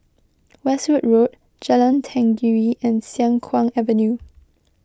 Westwood Road Jalan Tenggiri and Siang Kuang Avenue